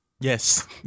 Yes